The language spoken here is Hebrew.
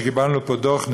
שקיבלנו פה דוח,